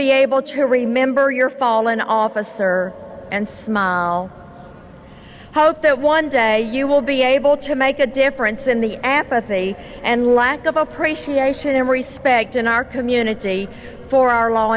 be able to remember your fallen officer and smile hope that one day you will be able to make a difference in the apathy and lack of appreciation and respect in our community for our law